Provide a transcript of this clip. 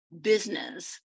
business